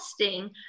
testing